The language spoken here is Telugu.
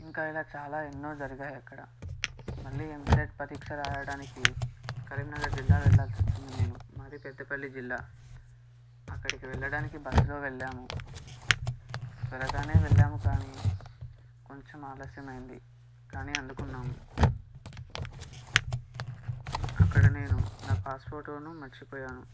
ఇంకా ఇలా చాలా ఎన్నో జరిగాయి అక్కడ మళ్ళీ ఎంసెట్ పరీక్ష వ్రాయడానికి కరీంనగర్ జిల్లా వెళ్ళాల్సి వచ్చింది మేము మాది పెద్దపల్లి జిల్లా అక్కడికి వెళ్ళడానికి బస్సులో వెళ్ళాము త్వరగానే వెళ్ళాము కానీ కొంచెం ఆలస్యమైంది కానీ అందుకున్నాము అక్కడ నేను నా పాస్ఫోటోను మరచిపోయాను